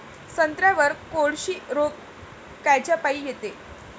संत्र्यावर कोळशी रोग कायच्यापाई येते?